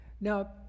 Now